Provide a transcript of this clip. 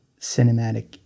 cinematic